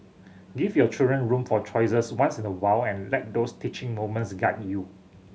give your children room for choices once in a while and let those teaching moments guide you